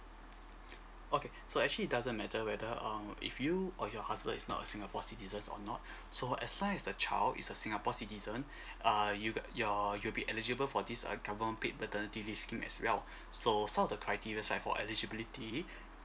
okay so actually it doesn't matter whether err if you or your husband is not a singapore citizens or not so as long as the child is a singapore citizen err you got you're you'll be eligible for this uh government paid maternity leave scheme as well so some of the criteria as for eligibility